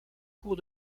cours